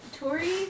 Tori